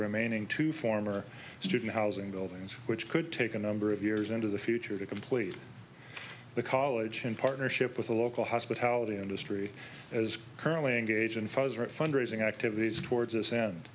remaining two former student housing buildings which could take a number of years into the future to complete the college in partnership with a local hospitality industry is currently engaged in pfizer fundraising activities towards us and